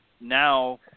now